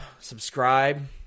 subscribe